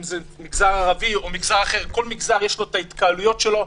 אם זה ערבי או מגזר ערבי לכל מגזר יש את ההתקהלויות שלו,